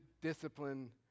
discipline